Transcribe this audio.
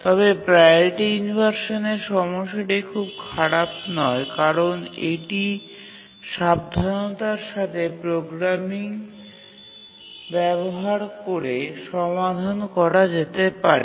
তবে প্রাওরিটি ইনভারসানের সমস্যাটি খুব খারাপ নয় কারণ এটি সাবধানতার সাথে প্রোগ্রামিং ব্যবহার করে সমাধান করা যেতে পারে